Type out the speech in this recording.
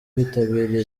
bitabiriye